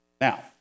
Now